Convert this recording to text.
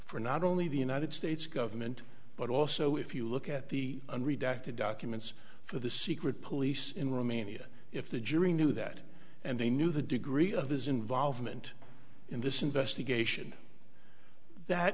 for not only the united states government but also if you look at the unredacted documents for the secret police in romania if the jury knew that and they knew the degree of his involvement in this investigation that